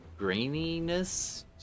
graininess